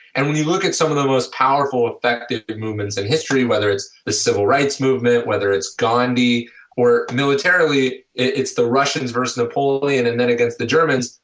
and when you look at some of the most powerful effective movements in history whether it's civil rights movement, whether it's gandhi or militarily it's the russian versus napoleon and then against the germans,